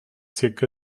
zirka